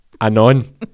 anon